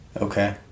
Okay